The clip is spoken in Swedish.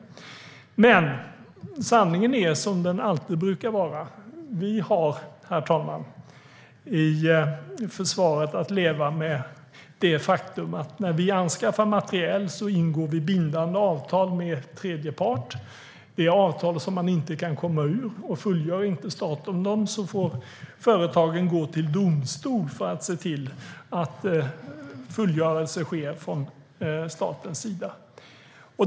Sanningen är som den alltid brukar vara: Vi har i försvaret, herr talman, att leva med det faktum att när vi anskaffar materiel ingår vi bindande avtal med tredje part. Det är avtal som man inte kan komma ur. Fullgör inte staten dem får företagen gå till domstol för att se till att fullgörelse sker från statens sida.